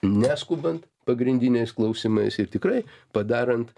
neskubant pagrindiniais klausimais ir tikrai padarant